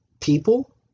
people